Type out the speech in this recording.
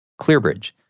ClearBridge